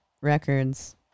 records